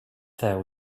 there